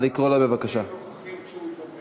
חבר הכנסת הראשון הוא חבר הכנסת נחמן שי,